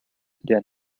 der